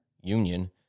Union